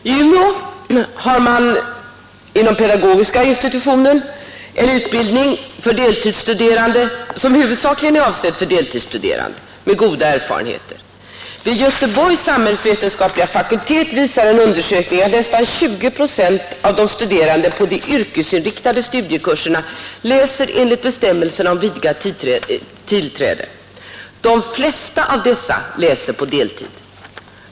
Sedan två år tillbaka förekommer inom pedagogiska institutionen i Umeå utbildning för deltidsstuderande huvudsakligen avsedd för redan förvärvsarbetande. Erfarenheterna är på det hela taget goda. Vid Göteborgs samhällsvetenskapliga fakultet visar en undersökning att nästan 20 procent av de studerande på de yrkesinriktade studiekurserna läser enligt bestämmelserna om ”vidgat tillträde”. De flesta av dessa läser på deltid.